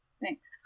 thanks